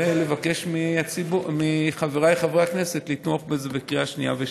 ולבקש מחבריי חברי הכנסת לתמוך בזה בקריאה שנייה ושלישית.